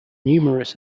numerous